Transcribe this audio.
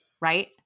Right